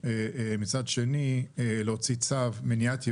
מצד שני, להוציא צו למניעת יבוא,